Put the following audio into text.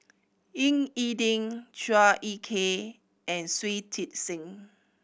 Ying E Ding Chua Ek Kay and Shui Tit Sing